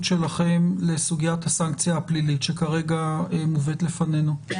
שלכם לסוגיית הסנקציה הפלילית שכרגע מובאת לפנינו כן.